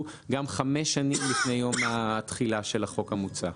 חמש שנים לפני יום התחילה של החוק המוצע.